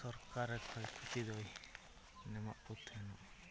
ᱥᱚᱨᱠᱟᱨᱮ ᱠᱷᱚᱭᱼᱠᱷᱚᱛᱤᱫᱚᱭ ᱮᱢᱟᱫᱠᱚ ᱛᱟᱦᱮᱱ